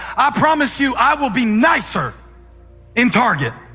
i promise you i will be nicer in target.